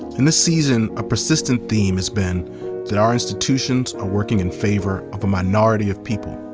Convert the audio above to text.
in this season, a persistent theme has been that our institutions are working in favor of a minority of people.